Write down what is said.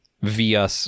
via